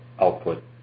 output